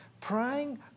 Praying